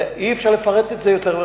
אי-אפשר לפרט את זה יותר.